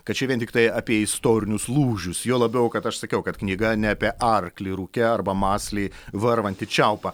kad čia vien tiktai apie istorinius lūžius juo labiau kad aš sakiau kad knyga ne apie arklį rūke arba mąsliai varvantį čiaupą